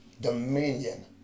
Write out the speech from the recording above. dominion